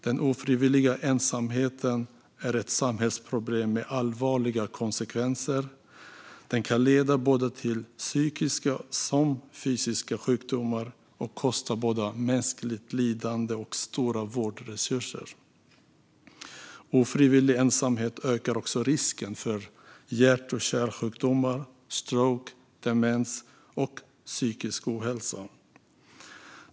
Den ofrivilliga ensamheten är ett samhällsproblem med allvarliga konsekvenser. Den kan leda till såväl psykiska som fysiska sjukdomar och kosta både mänskligt lidande och stora vårdresurser. Ofrivillig ensamhet ökar också risken för hjärt-kärlsjukdomar, stroke, demens och psykisk ohälsa.